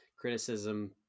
Criticism